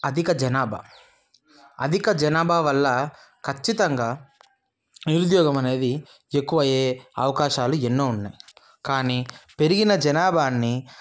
అధిక జనాభా అధిక జనాభా వల్ల ఖచ్చితంగా నిరుద్యోగం అనేది ఎక్కువై అవకాశాలు ఎన్నో ఉన్నాయి కానీ పెరిగిన జనాభాని